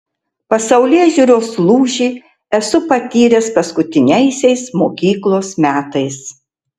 pasaulėžiūros lūžį esu patyręs paskutiniaisiais mokyklos metais